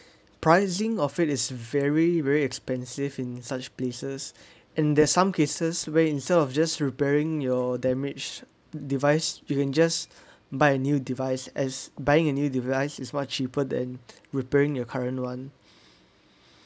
pricing of it is very very expensive in such places and there's some cases where instead of just repairing your damaged device you can just buy a new device as buying a new device is much cheaper than repairing your current one